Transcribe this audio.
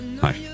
hi